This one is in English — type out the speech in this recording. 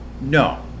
no